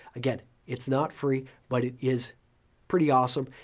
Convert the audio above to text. again, it's not free, but it is pretty awesome.